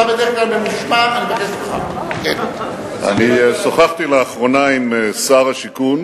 אני שוחחתי לאחרונה עם שר השיכון